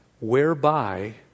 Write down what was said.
Whereby